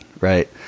right